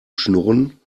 schnurren